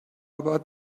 about